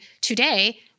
today